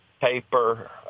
paper